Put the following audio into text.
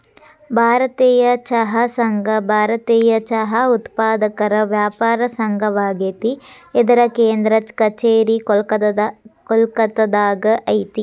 ಭಾರತೇಯ ಚಹಾ ಸಂಘ ಭಾರತೇಯ ಚಹಾ ಉತ್ಪಾದಕರ ವ್ಯಾಪಾರ ಸಂಘವಾಗೇತಿ ಇದರ ಕೇಂದ್ರ ಕಛೇರಿ ಕೋಲ್ಕತ್ತಾದಾಗ ಐತಿ